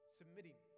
submitting